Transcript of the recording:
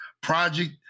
project